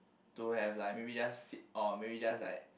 to have like maybe just sit or maybe just like